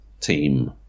team